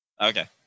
Okay